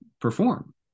perform